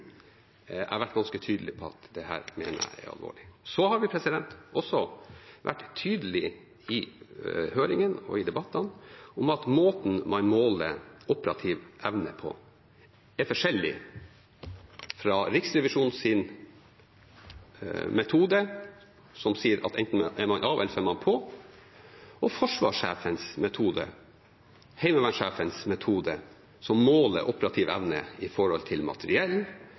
Jeg har vært ganske tydelig på at jeg mener dette er alvorlig. Vi har også vært tydelige i høringen og i debattene om at måten man måler operativ evne på, er forskjellig fra Riksrevisjonens metode, som sier at enten så er man av eller så er man på, mens forsvarssjefens metode, heimvernssjefens metode, måler operativ evne med hensyn til materiell,